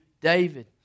David